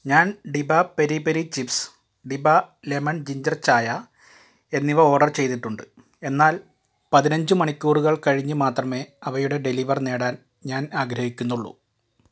ഞാൻ ഡിബ peri peri chips ഡിബ ലെമൺ ജിഞ്ചർ ചായ എന്നിവ ഓർഡർ ചെയ്തിട്ടുണ്ട് എന്നാൽ പതിനഞ്ച് മണിക്കൂറുകൾ കഴിഞ്ഞ് മാത്രമേ അവയുടെ ഡെലിവർ നേടാൻ ഞാൻ ആഗ്രഹിക്കുന്നുള്ളൂ